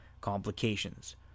complications